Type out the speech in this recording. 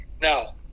Now